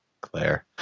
Claire